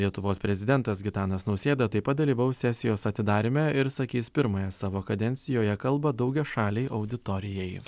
lietuvos prezidentas gitanas nausėda taip pat dalyvaus sesijos atidaryme ir sakys pirmąją savo kadencijoje kalbą daugiašalei auditorijai